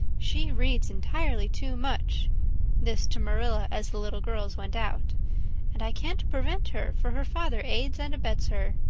she reads entirely too much this to marilla as the little girls went out and i can't prevent her, for her father aids and abets her.